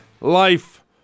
life